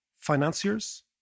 financiers